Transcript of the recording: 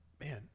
man